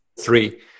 three